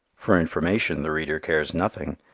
for information the reader cares nothing.